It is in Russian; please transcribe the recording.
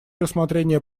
рассмотрение